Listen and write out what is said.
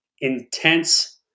intense